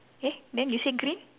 eh then you said green